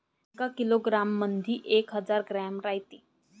एका किलोग्रॅम मंधी एक हजार ग्रॅम रायते